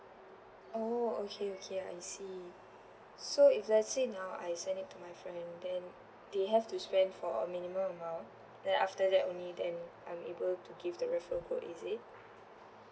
oh okay okay I see so if let's say now I send it to my friend then they have to spend for a minimum amount then after that only then I'm able to give the referral code is it